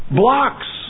blocks